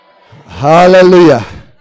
hallelujah